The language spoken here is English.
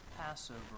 Passover